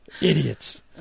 Idiots